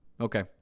okay